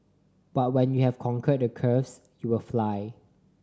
but when you have conquered the curves you will fly